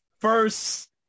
first